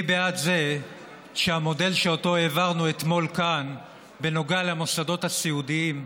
אני בעד זה שהמודל שהעברנו אתמול כאן בנוגע למוסדות הסיעודיים,